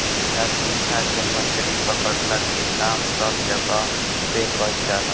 जाल बिछा के मछरी पकड़ला के काम सब जगह पे कईल जाला